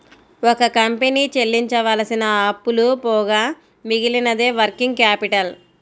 ఒక కంపెనీ చెల్లించవలసిన అప్పులు పోగా మిగిలినదే వర్కింగ్ క్యాపిటల్